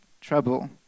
trouble